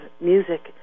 music